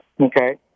Okay